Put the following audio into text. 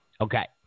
Okay